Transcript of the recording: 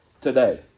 today